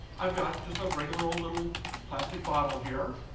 i've got just a regular old little plastic bottle here,